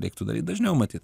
reiktų daryt dažniau matyt